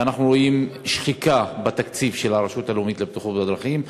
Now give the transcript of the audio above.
ואנחנו רואים שחיקה בתקציב של הרשות הלאומית לבטיחות בדרכים.